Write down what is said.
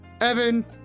Evan